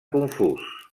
confús